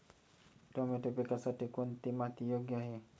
Tomato पिकासाठी कोणती माती योग्य आहे?